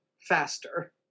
faster